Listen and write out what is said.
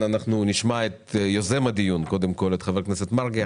נשמע קודם כול את יוזם הדיון חבר הכנסת מרגי,